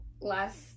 last